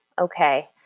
Okay